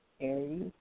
Aries